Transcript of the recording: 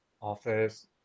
office